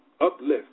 uplift